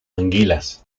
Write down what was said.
anguilas